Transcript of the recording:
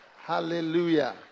Hallelujah